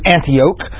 Antioch